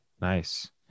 Nice